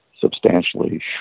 substantially